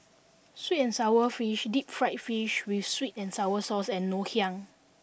sweet and sour fish deep fried fish with sweet and sour sauce and Ngoh Hiang